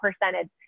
percentage